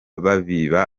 babiba